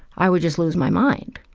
i would just lose my mind.